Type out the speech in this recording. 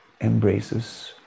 embraces